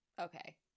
okay